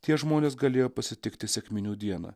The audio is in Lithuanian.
tie žmonės galėjo pasitikti sekminių dieną